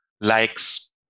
likes